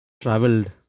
traveled